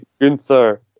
Gunther